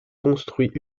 construit